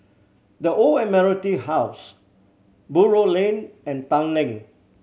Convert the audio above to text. The Old Admiralty House Buroh Lane and Tanglin